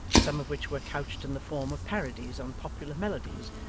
some of which were couched in the form of parodies on popular melodies,